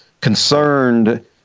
concerned